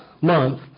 month